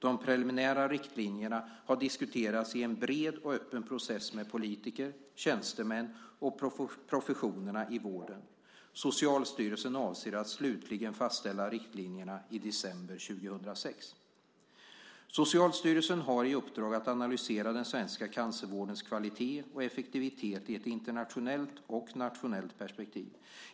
De preliminära riktlinjerna har diskuterats i en bred och öppen process med politiker, tjänstemän och professionerna i vården. Socialstyrelsen avser att slutligen fastställa riktlinjerna i december 2006. Socialstyrelsen har i uppdrag att analysera den svenska cancervårdens kvalitet och effektivitet i ett internationellt och nationellt perspektiv.